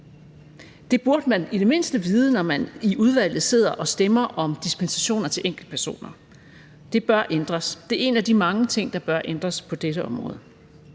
Det burde man i det mindste vide, når man i udvalget sidder og stemmer om dispensationer til enkeltpersoner. Det bør ændres. Det er en af de mange ting, der bør ændres på dette område.